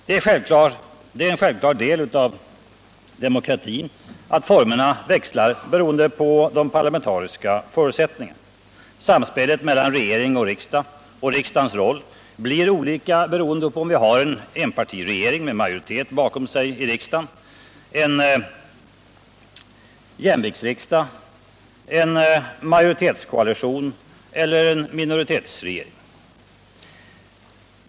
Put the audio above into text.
Det är en självklar del av demokratin att formerna växlar beroende på de parlamentariska förutsättningarna. Samspelet mellan regering och riksdag, och riksdagens roll, blir olika beroende på om vi har en enpartiregering med majoritet bakom sig i riksdagen, en jämviktsriksdag, en majoritetskoalition eller en minoritetsregering.